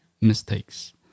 mistakes